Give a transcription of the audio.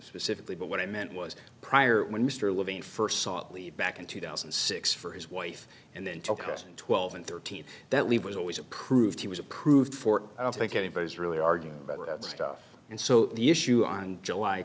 specifically but what i meant was prior when mr levine first sought leave back in two thousand and six for his wife and then took us and twelve and thirteen that we was always approved he was approved for i don't think anybody's really argue about that stuff and so the issue on july